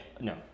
no